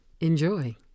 Enjoy